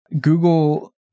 Google